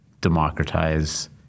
democratize